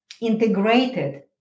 integrated